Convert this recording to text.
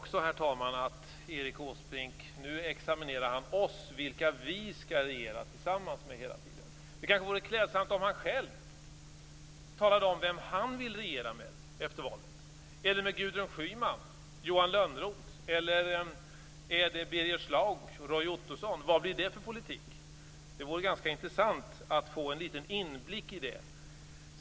Nu examinerar Erik Åsbrink oss och vilka vi skall regera tillsammans med. Det vore kanske klädsamt om han själv talade om vem han vill regera med efter valet. Är det med Gudrun Schyman och Johan Lönnroth eller är det med Birger Schlaug och Roy Ottosson? Vad blir det för politik? Det vore ganska intressant att få en liten inblick i det.